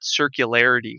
circularity